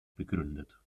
begründet